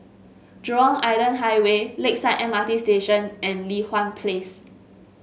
Jurong Island Highway Lakeside M R T Station and Li Hwan Place